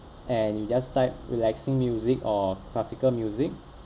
and you just type relaxing music or classical music